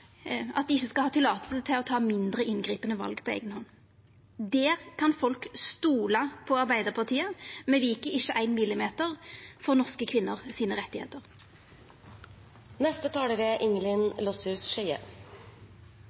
at dei ikkje skal ha lov til å ta mindre inngripande val på eiga hand. Der kan folk stola på Arbeidarpartiet. Me vik ikkje ein millimeter for rettane til norske kvinner.